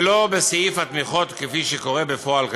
ולא בסעיף התמיכות כפי שקורה בפועל כיום.